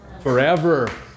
forever